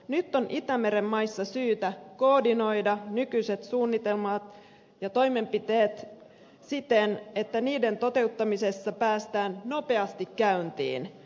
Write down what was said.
nyt on itämeren maissa syytä koordinoida nykyiset suunnitelmat ja toimenpiteet siten että niiden toteuttamisessa päästään nopeasti käyntiin